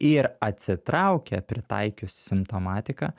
ir atsitraukia pritaikius simptomatiką